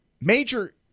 Major